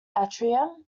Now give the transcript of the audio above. atrium